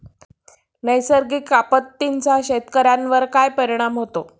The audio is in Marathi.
नैसर्गिक आपत्तींचा शेतकऱ्यांवर कसा परिणाम होतो?